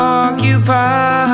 occupied